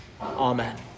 Amen